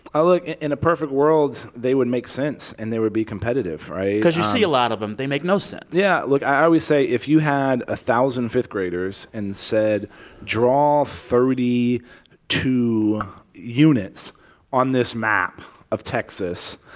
ah look, in a perfect world, they would make sense and they would be competitive, right? cause you see a lot of them. they make no sense yeah. look, i always say if you had a thousand fifth-graders and said draw thirty two units on this map of texas,